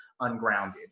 ungrounded